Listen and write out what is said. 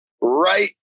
right